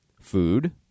food